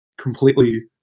completely